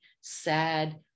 sad